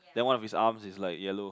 that one of his arm is like yellow